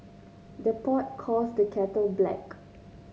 the pot calls the kettle black